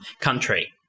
Country